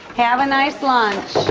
have a nice lunch.